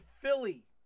Philly